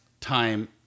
time